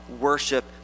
worship